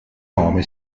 nome